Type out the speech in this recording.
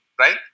right